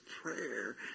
prayer